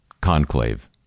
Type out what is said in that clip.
conclave